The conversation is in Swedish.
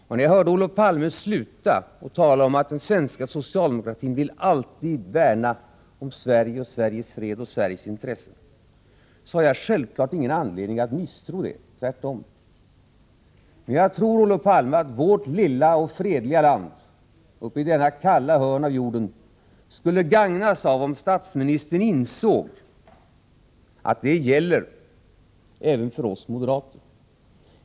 Olof Palme avslutade sitt anförande med att tala om att den svenska socialdemokratin alltid kommer att värna om Sveriges fred och Sveriges intressen, och jag har självfallet ingen anledning att misstro honom i det avseendet — tvärtom. Men jag tror, Olof Palme, att vårt lilla och fredliga land uppe i detta kalla hörn av jorden skulle gagnas av att statsministern insåg att strävan att värna om Sveriges fred gäller också för oss moderater.